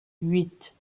huit